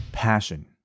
passion